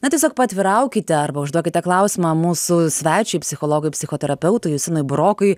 na tiesiog paatviraukite arba užduokite klausimą mūsų svečiui psichologui psichoterapeutui justinui burokui